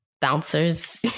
bouncers